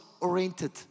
oriented